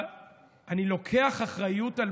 קח אחריות.